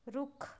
ਰੁੱਖ